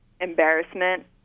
embarrassment